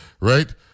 right